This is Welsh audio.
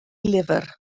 lyfr